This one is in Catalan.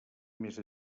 més